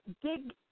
dig